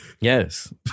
Yes